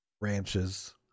ranches